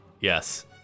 Yes